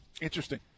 Interesting